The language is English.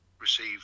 receive